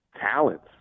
talents